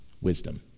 wisdom